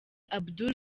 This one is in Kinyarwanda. abdul